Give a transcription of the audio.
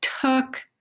took